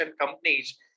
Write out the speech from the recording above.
companies